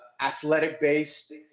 athletic-based